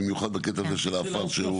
במיוחד בקטע הזה של העפר.